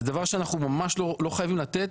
זה דבר שאנחנו ממש לא חייבים לתת,